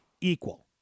equal